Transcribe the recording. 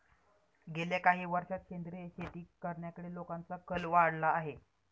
गेल्या काही वर्षांत सेंद्रिय शेती करण्याकडे लोकांचा कल वाढला आहे